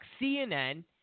CNN